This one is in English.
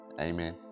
amen